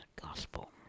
Gospel